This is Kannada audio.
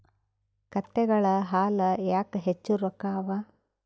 ಕತ್ತೆಗಳ ಹಾಲ ಯಾಕ ಹೆಚ್ಚ ರೊಕ್ಕ ಅವಾ?